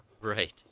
right